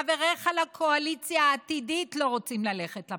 חבריך לקואליציה העתידית לא רוצים ללכת לבחירות,